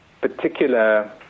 particular